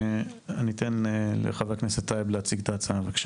אני אתן לחה"כ להציג את ההצעה, בבקשה.